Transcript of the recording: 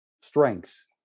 strengths